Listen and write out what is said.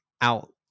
out